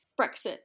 Brexit